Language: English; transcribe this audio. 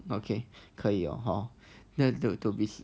okay 可以有 hor to to to be safe